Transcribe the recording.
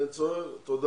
תודה